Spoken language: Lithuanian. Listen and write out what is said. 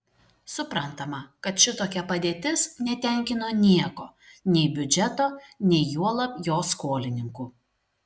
suprantama kad šitokia padėtis netenkino nieko nei biudžeto nei juolab jo skolininkų